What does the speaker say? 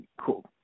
cool